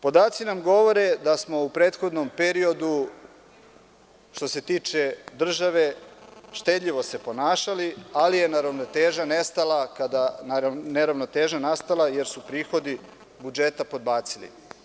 Podaci nam govore da smo u prethodnom periodu, što se tiče države, štedljivo se ponašali, ali je neravnoteža nastala kada su prihodi budžeta podbacili.